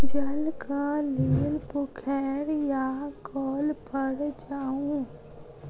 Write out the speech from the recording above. जलक लेल पोखैर या कौल पर जाऊ